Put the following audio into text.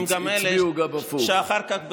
הם גם אלה שאחר כך,